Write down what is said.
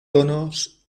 tonos